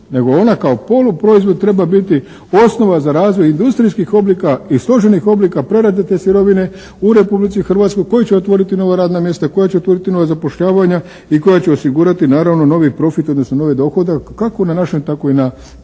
nego ona kao poluproizvod treba biti osnova za razvoj industrijskih oblika i složenih oblika prerade te sirovine u Republici Hrvatskoj koji će otvoriti nova radna mjesta, koja će otvoriti nova zapošljavanja i koja će osigurati naravno novi profit, odnosno novi dohodak kako na našem tako i na